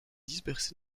dispersée